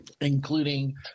including